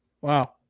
Wow